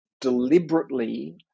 deliberately